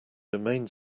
domain